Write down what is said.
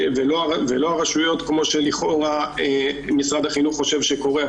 ולא הרשויות כמו שלכאורה משרד החינוך חושב שקורה,